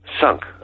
sunk